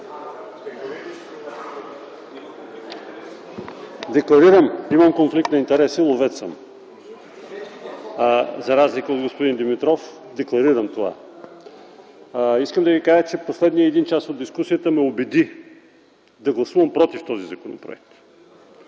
Декларирам - имам конфликт на интереси, ловец съм. За разлика от господин Димитров декларирам това. Искам да ви кажа, че последният час от дискусията ме убеди да гласувам против този законопроект,